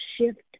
shift